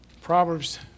Proverbs